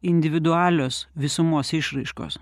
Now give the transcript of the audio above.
individualios visumos išraiškos